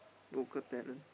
local talent